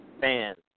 fans